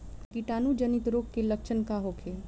कीटाणु जनित रोग के लक्षण का होखे?